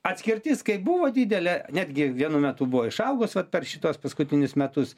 atskirtis kaip buvo didelė netgi vienu metu buvo išaugus vat per šituos paskutinius metus